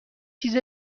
چیز